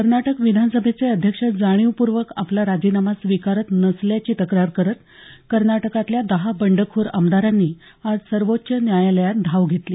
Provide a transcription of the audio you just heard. कर्नाटक विधानसभेचे अध्यक्ष जाणीवपूर्वक आपला राजीनामा स्वीकारत नसल्याची तक्रार करत कर्नाटकातल्या दहा बंडखोर आमदारांनी आज सर्वोच्च न्यायालयात धाव घेतली